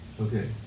Okay